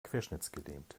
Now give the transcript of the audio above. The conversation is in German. querschnittsgelähmt